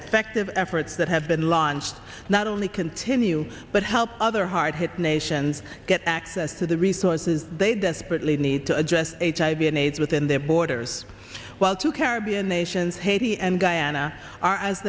effective it's that have been launched not only continue but help other hard hit nations get access to the resources they desperately need to address hiv and aids within their borders while two caribbean nations haiti and guyana are as